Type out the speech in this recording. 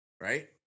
right